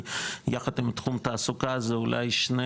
שבעיניי יחד עם תחום התעסוקה זה אולי שני